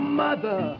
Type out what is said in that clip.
mother